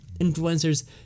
influencers